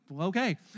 okay